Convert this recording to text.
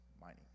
mining